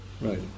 Right